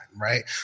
right